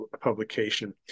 publication